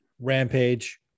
Rampage